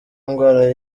indwara